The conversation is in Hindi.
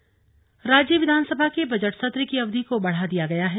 बजट सत्र राज्य विधानसभा के बजट सत्र की अवधि को बढ़ा दिया गया है